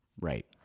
Right